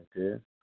Okay